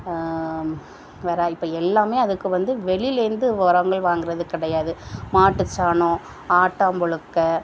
வேறு இப்போ எல்லாமே அதுக்கு வந்து வெளியில் இருந்து உரங்கள் வாங்கிறது கிடையாது மாட்டுச்சாணம் ஆட்டாம் புழுக்க